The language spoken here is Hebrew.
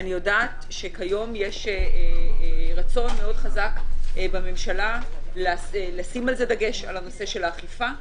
אני יודעת שכיום יש רצון מאוד חזק בממשלה לשים דגש על הנושא של האכיפה.